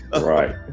right